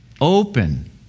open